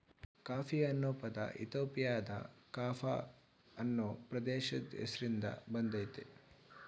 coffee ಅನ್ನೊ ಪದ ಇಥಿಯೋಪಿಯಾದ ಕಾಫ ಅನ್ನೊ ಪ್ರದೇಶದ್ ಹೆಸ್ರಿನ್ದ ಬಂದಯ್ತೆ